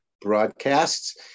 broadcasts